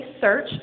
search